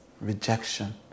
rejection